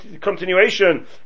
continuation